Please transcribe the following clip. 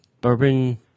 Bourbon